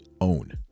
own